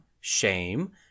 shame